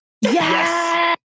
Yes